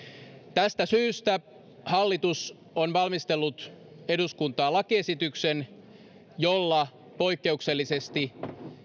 tästä syystä hallitus on valmistellut eduskuntaan lakiesityksen jolla poikkeuksellisesti